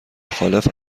مخالف